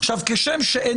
אני ביקשתי